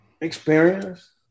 Experience